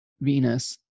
Venus